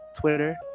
Twitter